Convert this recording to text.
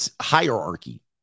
hierarchy